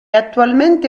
attualmente